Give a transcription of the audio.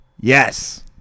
Yes